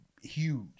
huge